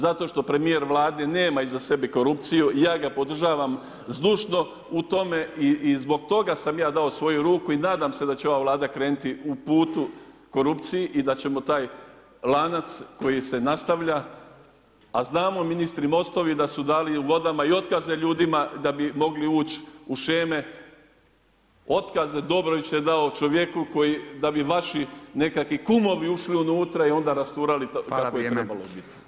Zato što premijer u Vladi nema iza sebe korupciju i ja ga podržavam zdušno u tome i zbog toga sam ja dao svoju ruku i nadam se da će ova Vlada krenuti u putu korupciji i da ćemo taj lanac koji se nastavlja, a znamo ministri Most-ovi da su dali u vodama i otkaze ljudima da bi mogli ući u sheme, otkaz Dobrović je dao čovjeku koji da bi vaši nekakvi kumovi ušli unutra i onda rasturali, tako je trebalo biti.